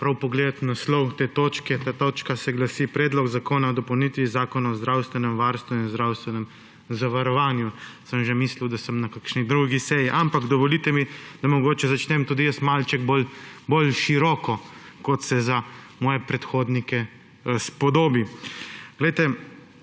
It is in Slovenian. prav pogledati naslov te točke, ta točka se glasi Predlog zakona o dopolnitvi Zakona o zdravstvenem varstvu in zdravstvenem zavarovanju. Sem že mislil, da sem na kakšni drugi seji, ampak dovolite mi, da mogoče začnem tudi jaz malček bolj široko, kot se za moje predhodnike spodobi. Kar